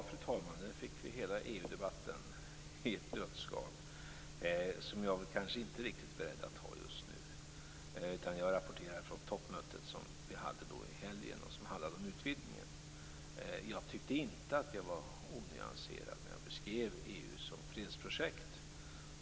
Fru talman! Ja, där fick vi hela EU-debatten i ett nötskal. Den debatten är jag kanske inte riktigt beredd att ta just nu. Jag rapporterar från det toppmöte som vi hade i helgen och som handlade om utvidgningen. Jag tycker inte att jag var onyanserad när jag beskrev EU som ett fredsprojekt.